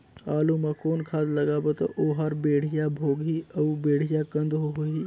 आलू मा कौन खाद लगाबो ता ओहार बेडिया भोगही अउ बेडिया कन्द होही?